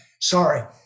Sorry